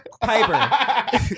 Piper